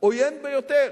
עוין ביותר,